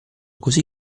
così